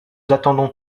attendons